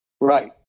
right